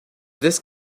this